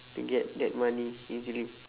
to get that money easily